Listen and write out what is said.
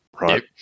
right